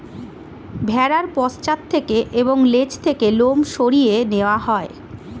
ভেড়ার পশ্চাৎ থেকে এবং লেজ থেকে লোম সরিয়ে নেওয়া হয়